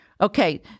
Okay